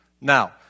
Now